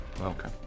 Okay